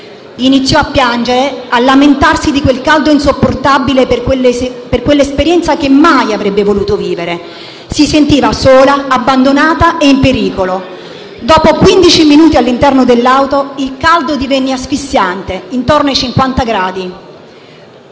Iniziò a piangere, a lamentarsi di quel caldo insopportabile, per quell'esperienza che mai avrebbe voluto vivere. Si sentiva sola, abbandonata, in pericolo. Dopo quindici minuti all'interno dell'auto il caldo divenne asfissiante, intorno ai 50 gradi.